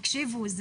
תקשיבו,